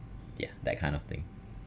ya that kind of thing